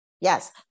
Yes